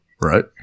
right